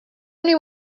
only